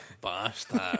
Bastard